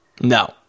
No